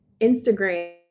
Instagram